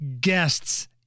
guests